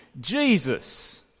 Jesus